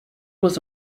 was